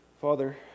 Father